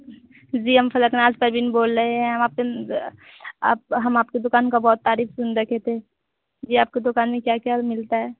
जी हम फलक नाज़ परवीन बोल रहे हैं हम आपके आप हम आपकी दुकान का बहुत तारीफ सुन रखे थे जी आपके दुकान में क्या क्या मिलता है